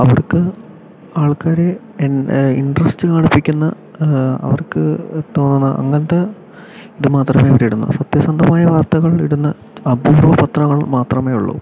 അവർക്ക് ആൾക്കാർ ഇൻട്രസ്റ്റ് കാണിപ്പിക്കുന്ന അവർക്ക് തോന്നാം അങ്ങനത്തെ ഇത് മാത്രമാ അവർ ഇടുന്നത് സത്യസന്ധമായ വാർത്തകൾ ഇടുന്ന അപൂർവ്വ പത്രങ്ങൾ മാത്രമേ ഉള്ളൂ